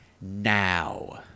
now